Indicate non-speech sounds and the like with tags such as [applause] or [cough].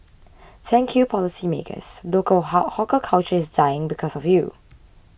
thank you policymakers local [unintelligible] hawker culture is dying because of you